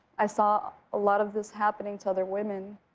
i saw a lot of this happening to other women,